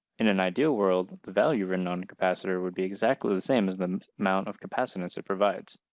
in an ideal world, the value written on a capacitor would be exactly the same as the amount of capacitance it provides.